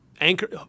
anchor